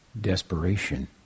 desperation